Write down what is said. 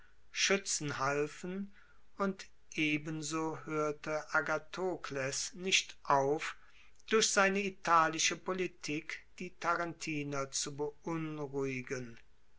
schuetzen halfen und ebenso hoerte agathokles nicht auf durch seine italische politik die tarentiner zu beunruhigen